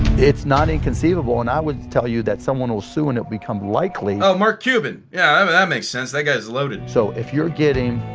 it's not inconceivable, and i would tell you that someday will soon it'll become likely oh, mark cuban. yeah, that makes sense that guy's loaded. so if you're getting